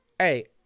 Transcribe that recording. Hey